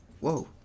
Whoa